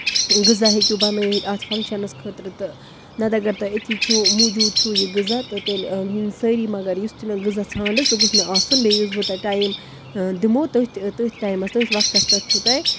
غزاہ ہیٚکِو بَنٲوِتھ اَتھ فََنکشَنَس خٲطرٕ تہٕ نہ تہٕ اَگر تۄہہِ أتھی چھُو موٗجوٗد چھُو یہِ غزاہ تہٕ تیٚلہِ یِن سٲری مَگر یُس تہِ بہٕ غزاہ ژھانڈٕ سُہ گوٚژ مےٚ آسُن بیٚیہِ یُس بہٕ تۄہہِ ٹایم دِمو تٔتھۍ تٔتھۍ ٹایمَس تٔتھۍ وقتَس پٮ۪ٹھ چھُو تۄہہِ